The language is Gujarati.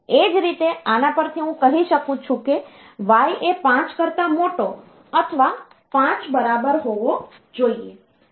એ જ રીતે આના પરથી હું કહી શકું છું કે y એ 5 કરતા મોટો અથવા 5 બરાબર હોવો જોઈએ